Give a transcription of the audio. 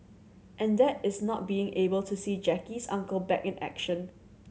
and that is not being able to see Jackie's Uncle back in action